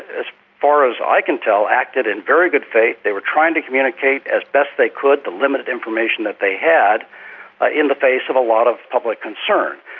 as far as i can tell, acted in very good faith, they were trying to communicate as best they could the limited information that they had ah in the face of a lot of public concern.